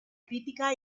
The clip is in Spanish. crítica